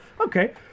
Okay